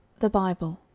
the bible,